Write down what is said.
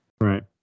Right